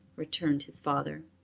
returned his father.